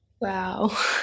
Wow